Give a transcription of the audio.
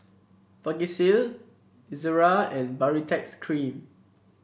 Vagisil Ezerra and Baritex Cream